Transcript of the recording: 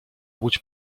łódź